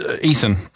Ethan